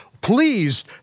please